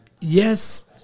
yes